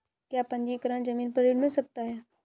क्या पंजीकरण ज़मीन पर ऋण मिल सकता है?